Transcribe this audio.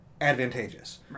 advantageous